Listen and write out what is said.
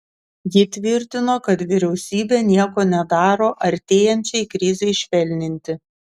ji tvirtino kad vyriausybė nieko nedaro artėjančiai krizei švelninti